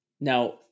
Now